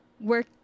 work